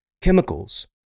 chemicals